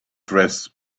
dress